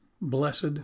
blessed